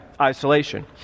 isolation